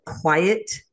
quiet